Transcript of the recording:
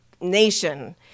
nation